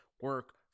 Work